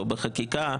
או בחקיקה,